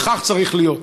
וכך צריך להיות.